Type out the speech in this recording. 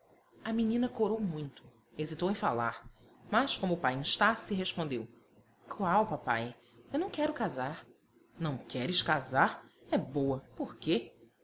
casamento a menina corou muito hesitou em falar mas como o pai instasse respondeu qual papai eu não quero casar não queres casar é boa por quê